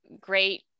great